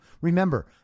Remember